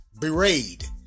berate